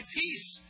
peace